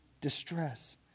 distress